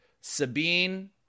Sabine